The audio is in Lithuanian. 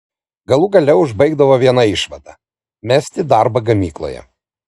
galų gale užsibaigdavo viena išvada mesti darbą gamykloje